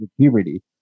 puberty